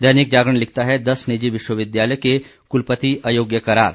दैनिक जागरण लिखता है दस निजी विश्वविद्यालय के कुलपति अयोग्य करार